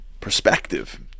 Perspective